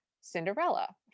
cinderella